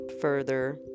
further